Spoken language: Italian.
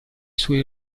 suoi